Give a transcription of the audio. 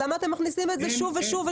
למה אתם מכניסים את זה שוב ושוב?